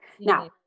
Now